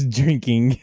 drinking